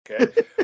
okay